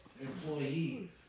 employee